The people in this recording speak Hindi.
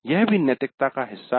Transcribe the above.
यह भी नैतिकता का हिस्सा है